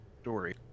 story